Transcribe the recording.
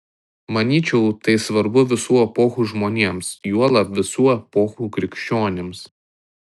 manyčiau tai svarbu visų epochų žmonėms juolab visų epochų krikščionims